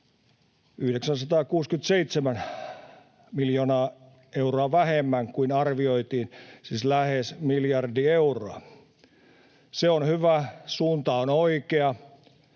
967 miljoonaa euroa vähemmän kuin arvioitiin, siis lähes miljardi euroa. Se on hyvä, suunta on oikea.